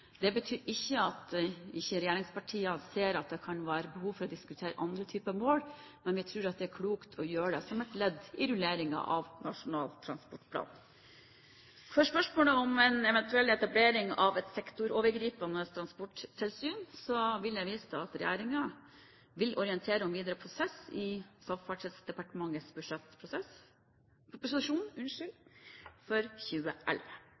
Det betyr ikke at regjeringspartiene ikke ser at det kan være behov for å diskutere andre typer mål, men vi tror det er klokt å gjøre det som et ledd i rulleringen av Nasjonal transportplan. For spørsmålet om en eventuell etablering av et sektorovergripende transporttilsyn vil jeg vise til at regjeringen vil orientere om videre prosess i Samferdselsdepartementets budsjettproposisjon for 2011.